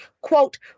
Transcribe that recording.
quote